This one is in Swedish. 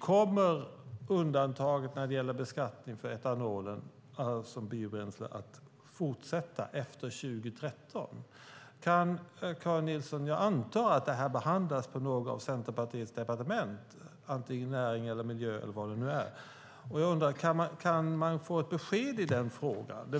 Kommer undantaget för beskattning av etanol, alltså biobränsle, att fortsätta efter 2013? Jag antar att detta behandlas på något av Centerpartiets departement, antingen Näringsdepartementet eller Miljödepartementet. Kan man få ett besked i frågan?